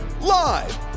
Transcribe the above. Live